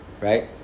Right